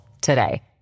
today